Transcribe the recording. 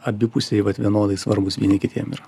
abipusiai vat vienodai svarbūs vieni kitiem yra